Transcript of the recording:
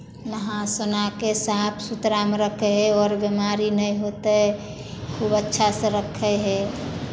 नहा सुना कऽ साफ सुथरामे रखै हइ आओर बिमारी नहि होतै खूब अच्छासँ रखै हइ